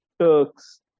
Turks